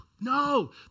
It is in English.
no